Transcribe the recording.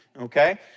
okay